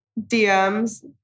DMs